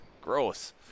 gross